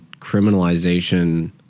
criminalization